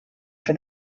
for